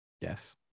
Yes